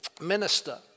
minister